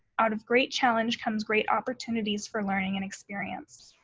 out of great challenge comes great opportunities for learning and experience.